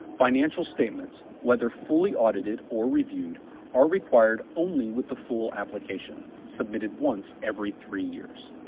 financial statements' whether fully audited or reviewed are required only with the full application, submitted once every three years.